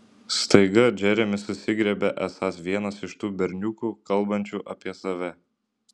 staiga džeremis susigriebia esąs vienas iš tų berniukų kalbančių apie save